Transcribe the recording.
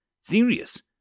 Serious